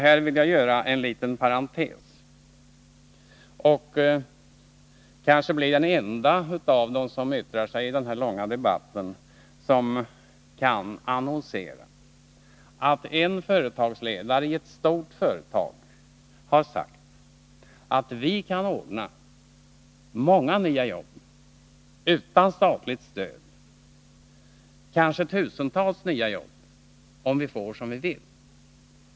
Här vill jag göra en liten parentes, och kanske blir jag den ende av dem som yttrar sig i den här långa debatten som kan annonsera att en företagsledare i ett stort företag har sagt, att vi kan ordna många nya jobb utan statligt stöd — måhända tusentals nya jobb — om vi får som vi vill.